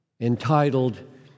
Entitled